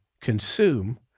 consume